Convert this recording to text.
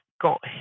got